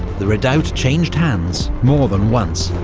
the redoubt changed hands more than once.